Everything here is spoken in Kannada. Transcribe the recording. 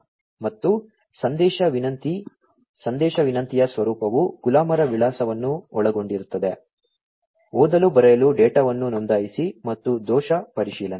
ಮತ್ತು ಸಂದೇಶ ವಿನಂತಿಯ ಸ್ವರೂಪವು ಗುಲಾಮರ ವಿಳಾಸವನ್ನು ಒಳಗೊಂಡಿರುತ್ತದೆ ಓದಲು ಬರೆಯಲು ಡೇಟಾವನ್ನು ನೋಂದಾಯಿಸಿ ಮತ್ತು ದೋಷ ಪರಿಶೀಲನೆ